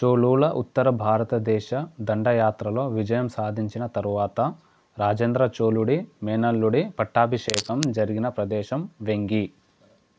చోళుల ఉత్తర భారతదేశ దండయాత్రలో విజయం సాధించిన తరువాత రాజేంద్ర చోళుడి మేనల్లుడి పట్టాభిషేకం జరిగిన ప్రదేశం వెంగి